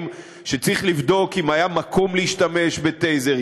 שצריך לבדוק אם היה מקום להשתמש בטייזר,